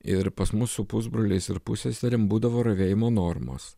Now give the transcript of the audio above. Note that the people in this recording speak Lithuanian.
ir pas mus su pusbroliais ir pusseserėm būdavo ravėjimo normos